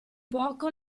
poco